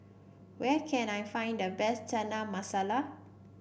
where can I find the best Chana Masala